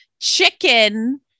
chicken